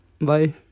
bye